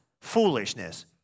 foolishness